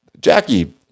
Jackie